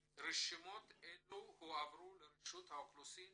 רשימות אלה הועברו לרשות האוכלוסין